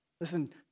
Listen